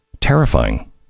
terrifying